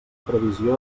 previsió